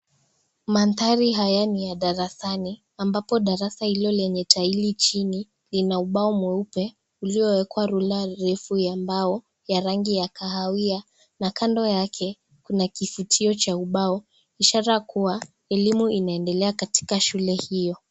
Mandhari haya ni ya darasani ambapo darasa hilo lenye taili chini lina ubao mweupe uliowekwa rula refu ya mbao ya rangi ya kahawia na kando yake kuna kifutio cha ubao ishara kuwa elimu inaendelea katika shule hiyo.